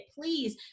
please